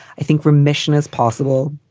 i think remission is possible.